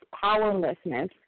powerlessness